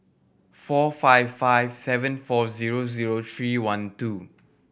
four five five seven four zero zero three one two